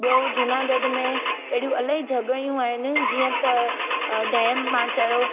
ॿियों जूनागढ़ में अहिड़ियूं इलाही जॻहायूं आहिनि जीअं त डैम मां चयो